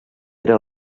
era